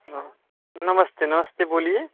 हाँ नमस्ते नमस्ते बोलिए